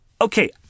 Okay